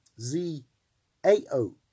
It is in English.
Z-A-O